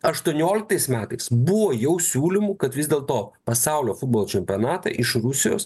aštuonioliktais metais buvo jau siūlymų kad vis dėl to pasaulio futbolo čempionatą iš rusijos